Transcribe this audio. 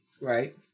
Right